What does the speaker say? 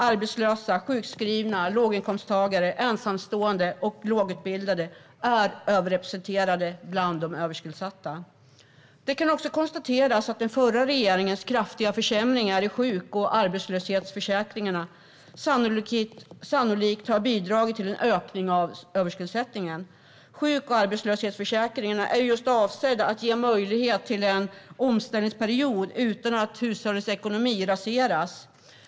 Arbetslösa, sjukskrivna, låginkomsttagare, ensamstående och lågutbildade är överrepresenterade bland de överskuldsatta. Det kan konstateras att den förra regeringens kraftiga försämringar i sjuk och arbetslöshetsförsäkringarna sannolikt har bidragit till en ökning av överskuldsättningen. Sjuk och arbetslöshetsförsäkringarna är just avsedda att ge möjlighet till en omställningsperiod utan att hushållets ekonomi raseras.